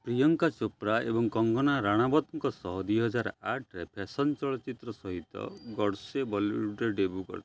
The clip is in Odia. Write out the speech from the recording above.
ପ୍ରିୟଙ୍କା ଚୋପ୍ରା ଏବଂ କଙ୍ଗନା ରାଣାୱତଙ୍କ ସହ ଦୁଇହଜାର ଆଠରେ ଫ୍ୟାଶନ୍ ଚଳଚ୍ଚିତ୍ର ସହିତ ଗଡ଼ସେ ବଲିଉଡ଼ରେ ଡେବ୍ୟୁ କରିଥିଲେ